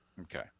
Okay